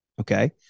Okay